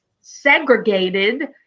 segregated